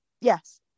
yes